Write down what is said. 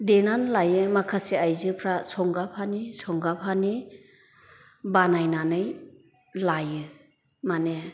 देनानै लायो माखासे आयजोफ्रा संगाफानि संगाफानि बानायनानै लायो मानि